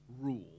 rule